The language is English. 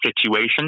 situation